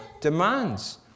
demands